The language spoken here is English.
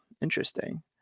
Interesting